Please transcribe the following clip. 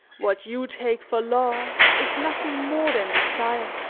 what you take for love is nothing more than desire.